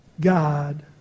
God